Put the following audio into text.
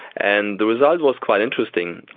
and the result was quite interesting.